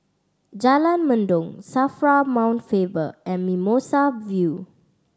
Jalan Mendong SAFRA Mount Faber and Mimosa View